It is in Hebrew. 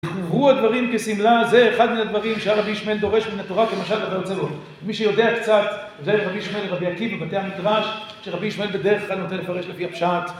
הוא הדברים כשמלה, זה אחד מן הדברים שהיה רבי ישמעאל דורש מן התורה כמשל וכיוצא בו מי שיודע קצת זה רבי ישמעאל ורבי עקיב בבתי המדרש שרבי ישמעאל בדרך כלל נוטה לפרש לפי הפשט